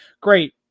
great